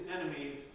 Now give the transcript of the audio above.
enemies